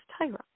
Tyra